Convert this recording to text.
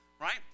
right